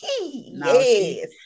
Yes